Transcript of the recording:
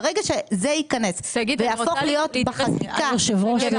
ברגע שזה ייכנס ויהפוך להיות בחקיקה --- היושב ראש,